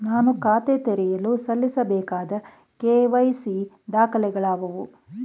ನಾನು ಖಾತೆ ತೆರೆಯಲು ಸಲ್ಲಿಸಬೇಕಾದ ಕೆ.ವೈ.ಸಿ ದಾಖಲೆಗಳಾವವು?